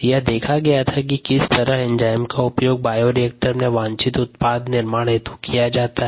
यह देखा कि किस तरह एंजाइम का उपयोग बायोरिएक्टर में वांछित उत्पाद निर्माण हेतु किया जाता है